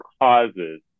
causes